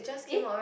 [ej]